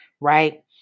right